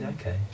okay